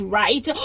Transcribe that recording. right